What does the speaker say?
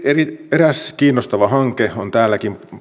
eräs kiinnostava hanke on täälläkin